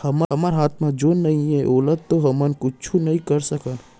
हमर हाथ म जेन नइये ओला तो हमन कुछु नइ करे सकन